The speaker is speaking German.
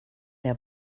der